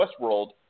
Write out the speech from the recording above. Westworld